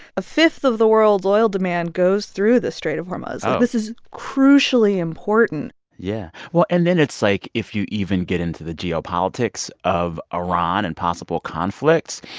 a fifth of the world's oil demand goes through the strait of hormuz oh so this is crucially important yeah. well and then it's like if you even get into the geopolitics of iran and possible conflicts,